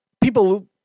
people